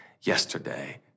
yesterday